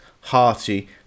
hearty